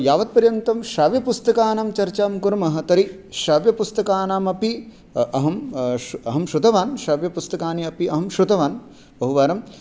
यावत् पर्यन्तं श्राव्यपुस्तकानां चर्चां कुर्मः तर्हि श्राव्यपुस्तकानामपि अहं श्र् श्रुतवान् श्राव्यपुस्कानि अपि अहं श्रुतवान् बहुवारं